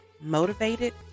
motivated